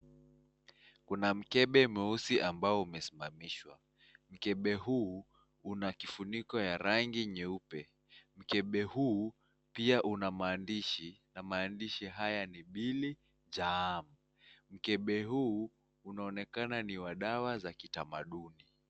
Kuna mkebe mweusi ambao umesimamishwa mkebe huu una kifuniko ya rangi nyeupe mkebe huu pia una maandishi na maandishi haya ni mbili jam mkebe huu unaonekana ni wa dawa za kitamaduni.